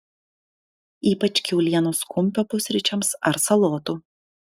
ypač kiaulienos kumpio pusryčiams ar salotų